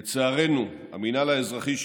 לצערנו, המינהל האזרחי,